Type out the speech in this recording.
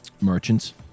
merchants